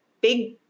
big